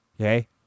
Okay